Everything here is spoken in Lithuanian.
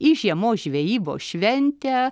į žiemos žvejybos šventę